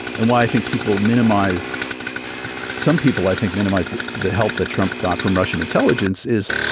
and why i think people minimize some people i think minimize the the help that trump got from russian intelligence is.